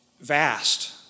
vast